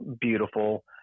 beautiful